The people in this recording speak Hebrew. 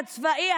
הצבאי,